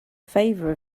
favor